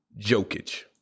Jokic